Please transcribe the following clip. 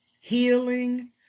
healing